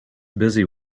busy